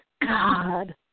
God